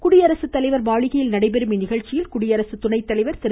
குடியரசுத்தலைவர் மாளிகையில் நடைபெறும் இந்நிகழ்ச்சியில் குடியரசு துணைத்தலைவா் திரு